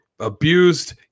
Abused